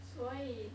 所以